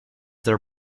their